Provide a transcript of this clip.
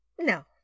No